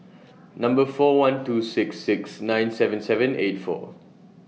Number four one two six six nine seven seven eight four